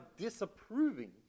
disapproving